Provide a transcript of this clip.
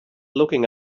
looking